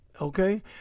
okay